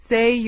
Say